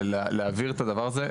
להבהיר את הדבר הזה.